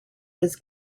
was